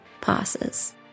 passes